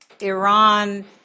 Iran